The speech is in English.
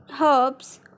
herbs